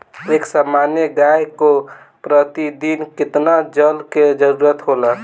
एक सामान्य गाय को प्रतिदिन कितना जल के जरुरत होला?